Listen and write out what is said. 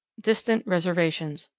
distant reservations.